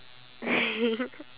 toys